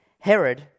Herod